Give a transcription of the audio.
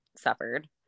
suffered